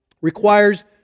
requires